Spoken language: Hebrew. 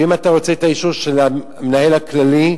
ואם אתה רוצה את האישור של המנהל הכללי,